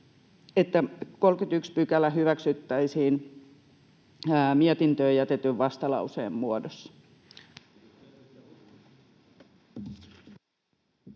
31 § hyväksyttäisiin mietintöön jätetyn vastalauseen muodossa.